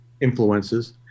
influences